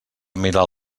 mirar